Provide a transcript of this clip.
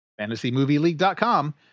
fantasymovieleague.com